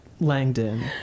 Langdon